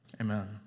Amen